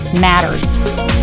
matters